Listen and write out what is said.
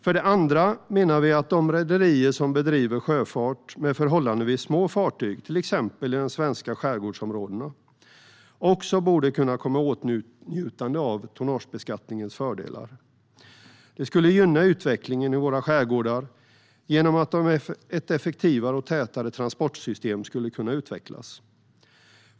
För det andra menar vi att de rederier som bedriver sjöfart med förhållandevis små fartyg, till exempel i de svenska skärgårdsområdena, också borde kunna komma i åtnjutande av tonnagebeskattningens fördelar. Det skulle gynna utvecklingen i våra skärgårdar genom att ett effektivare och tätare transportsystem skulle kunna utvecklas.